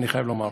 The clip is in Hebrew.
אני חייב לומר.